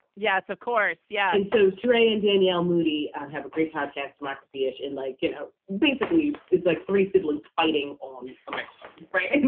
yes, of course. yeah. and so trey and danielle moody, have a great podcast, democracy. ah and like, you know, basically, it's like three siblings fighting on my right. and